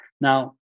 Now